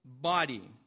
body